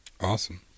awesome